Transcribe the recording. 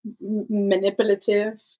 manipulative